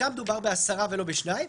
שם דובר בעשרה ולא בשניים,